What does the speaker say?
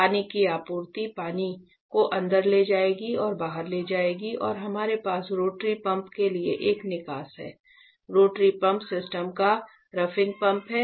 पानी की आपूर्ति पानी को अंदर ले जाएगी और बाहर ले जाएगी और हमारे पास रोटरी पंप के लिए एक निकास है रोटरी पंप सिस्टम का रफिंग पंप है